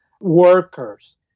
workers